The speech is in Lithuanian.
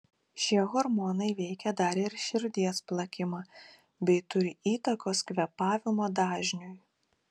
šie hormonai veikia dar ir širdies plakimą bei turi įtakos kvėpavimo dažniui